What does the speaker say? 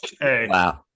Wow